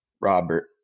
Robert